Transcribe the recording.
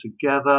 together